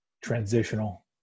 transitional